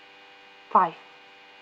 five